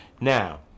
Now